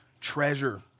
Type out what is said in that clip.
treasure